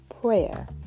prayer